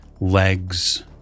legs